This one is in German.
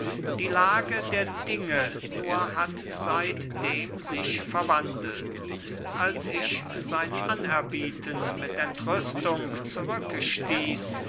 die lage der dinge nur hat seitdem sich verwandelt als ich sein anerbieten mit entrüstung zurücke stieß